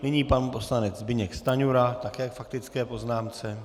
Nyní pan poslanec Zbyněk Stanjura, také k faktické poznámce.